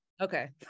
Okay